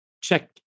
check